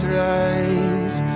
rise